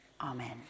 Amen